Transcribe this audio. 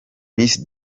miss